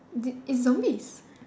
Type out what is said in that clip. d~ it's zombies